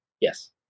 Yes